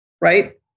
right